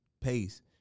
pace